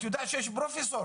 את יודעת שיש פרופסור,